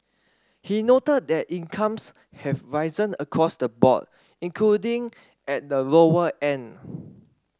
he noted that incomes have risen across the board including at the lower end